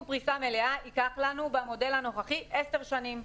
פריסה מלאה ייקח לנו במודל הנוכחי 10 שנים.